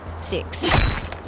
six